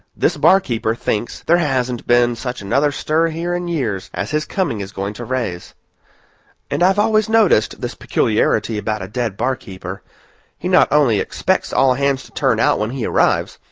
this barkeeper thinks there hasn't been such another stir here in years, as his coming is going to raise and i've always noticed this peculiarity about a dead barkeeper he not only expects all hands to turn out when he arrives,